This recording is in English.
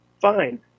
Fine